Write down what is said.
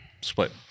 split